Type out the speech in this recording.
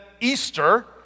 Easter